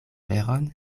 veron